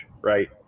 right